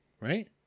right